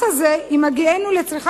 אם הגענו ל-89